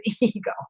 ego